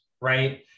right